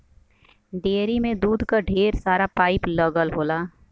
dairy में दूध क ढेर सारा पाइप लगल होला